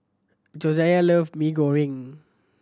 Josiah love Mee Goreng